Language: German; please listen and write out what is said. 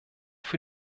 für